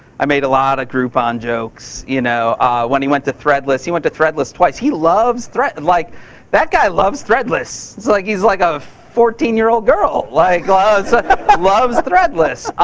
i made a lot of groupon jokes. you know when he went to threadless he went to threadless twice. he loves threadless. like that guy loves threadless. like he's like a fourteen years old girl. like he but loves threadless.